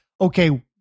okay